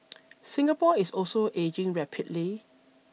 Singapore is also ageing rapidly